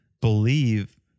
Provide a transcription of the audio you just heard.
believe